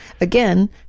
Again